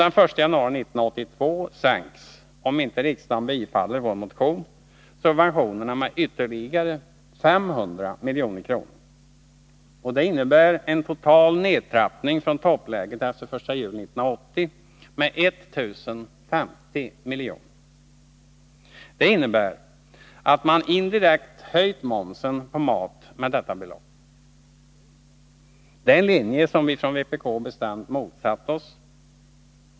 Den 1 januari 1982 sänks, om inte riksdagen bifaller vår motion, subventionerna med ytterligare 500 milj.kr., och det innebär en total nedtrappning från toppläget den 1 juli 1980 med 1 050 milj.kr. Det innebär att man indirekt höjt momsen på mat med detta belopp. Detta är en linje som vi från vpk bestämt motsatt oss.